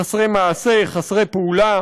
חסרי מעשה, חסרי פעולה,